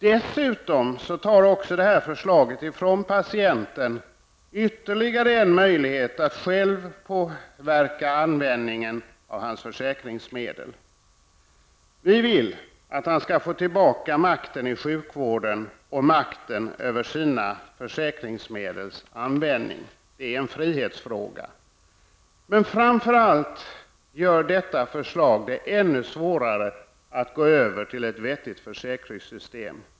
Dessutom tar det här förslaget också ifrån patienten ytterligare en möjlighet att själv påverka användningen av sina försäkringsmedel. Vi vill att han skall få tillbaka makten i sjukvården och makten över sina försäkringsmedels användning. Det är en frihetsfråga. Men framför allt gör detta förslag det ännu svårare att gå över till ett vettigt försäkringssystem.